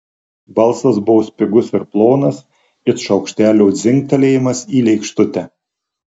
balsas buvo spigus ir plonas it šaukštelio dzingtelėjimas į lėkštutę